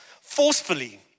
forcefully